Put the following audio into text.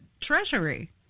treasury